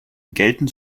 gelten